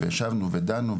וישבנו ודנו,